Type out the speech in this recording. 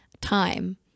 time